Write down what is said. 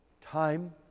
time